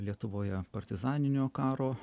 lietuvoje partizaninio karo